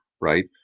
right